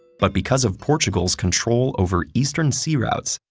but because of portugal's control over eastern sea routes,